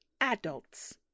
Adults